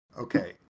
Okay